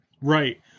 Right